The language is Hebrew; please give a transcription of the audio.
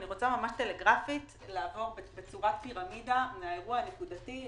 אני רוצה ממש טלגרפית לעבור בצורת פירמידה מהאירוע הנקודתי לכללי,